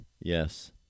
Yes